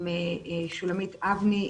עם שולמית אבני,